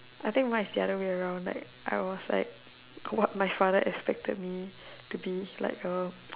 I think mine is the other way around like I was like what my father expected me to be like a